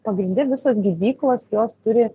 pagrinde visos gydyklos jos turi